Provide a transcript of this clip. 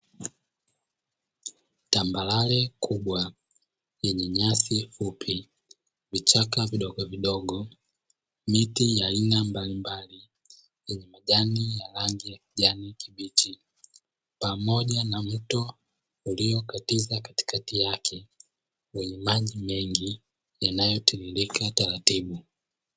Tambarare kubwa lenye nyasi fupi, vichakavidogo vidogo, miti ya aina mbalimbali na majani yenye rangi ya kijani kibichi. Pamoja na mto uliokatiza katikati yake wenye maji mengi yanayotiririka taratibu.